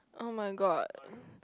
[oh]-my-god